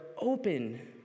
open